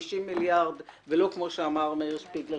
150 מיליארד ולא 300 מיליארד כמו שאמר מאיר שפיגלר